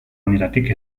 honetatik